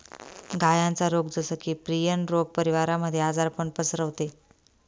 गायांचा रोग जस की, प्रियन रोग परिवारामध्ये आजारपण पसरवते